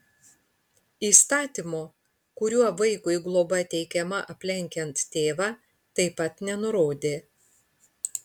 įstatymo kuriuo vaikui globa teikiama aplenkiant tėvą taip pat nenurodė